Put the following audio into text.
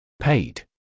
Paid